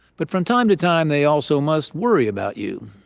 but from time to time, they also must worry about you.